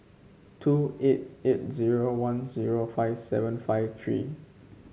two eight eight zero one zero five seven five three